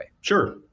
Sure